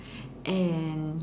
and